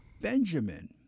Benjamin